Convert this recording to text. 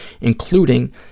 including